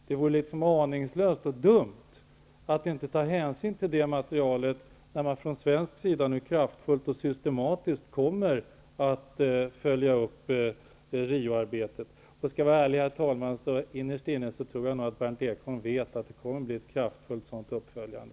Det vore aningslöst och dumt att inte ta hänsyn till det materialet när man från svensk sida kraftfullt och systematiskt skall följa upp arbetet i Rio. Jag tror att Berndt Ekholm innerst inne vet att det kommer att bli ett kraftfullt sådant uppföljande.